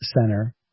center